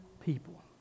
people